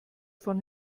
von